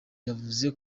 yavuze